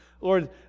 Lord